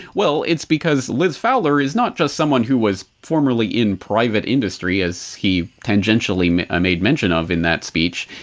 well, it's because liz fowler is not just someone who was formerly in private industry as he tangentially made made mention of in that speech,